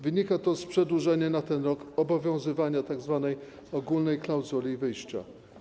Wynika to z przedłużenia na ten rok obowiązywania tzw. ogólnej klauzuli wyjścia.